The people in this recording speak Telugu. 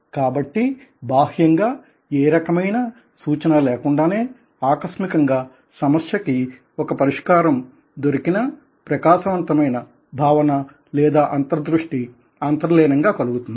కాబట్టి బాహ్యంగా ఏ రకమైన సూచన లేకుండానే ఆకస్మికంగా గా సమస్యకి ఒక పరిష్కారం దొరికిన ప్రకాశవంతమైన భావన లేదా అంతర్దృష్టి అంతర్లీనంగా కలుగుతుంది